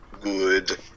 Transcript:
Good